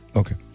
okay